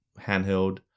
handheld